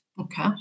Okay